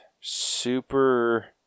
super